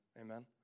Amen